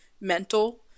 mental